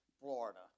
Florida